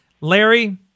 Larry